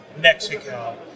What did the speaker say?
Mexico